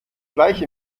bleich